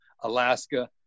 Alaska